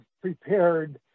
prepared